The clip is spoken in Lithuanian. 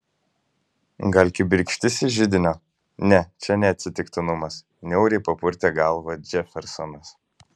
gal kibirkštis iš židinio ne čia ne atsitiktinumas niauriai papurtė galvą džefersonas